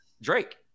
Drake